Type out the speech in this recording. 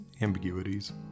ambiguities